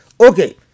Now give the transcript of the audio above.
Okay